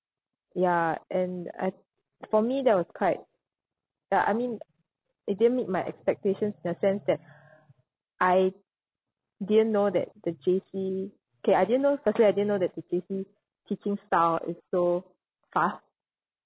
ya and I for me that was quite ya I mean it didn't meet my expectations in the sense that I didn't know that the J_C okay I didn't know firstly I didn't know that the J_C teaching style is so fast